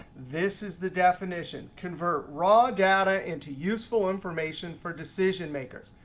this is the definition. convert raw data into useful information for decision makers.